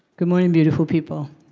good morning, beautiful people.